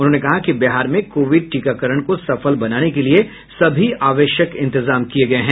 उन्होंने कहा कि बिहार में कोविड टीकाकरण को सफल बनाने के लिये सभी आवश्यक इंतजाम किये गये हैं